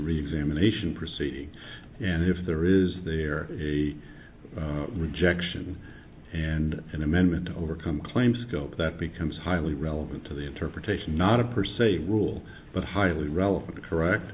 reexamination proceeding and if there is there a rejection and an amendment to overcome claims scope that becomes highly relevant to the interpretation not a per se rule but highly relevant the correct